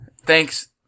thanks